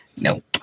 Nope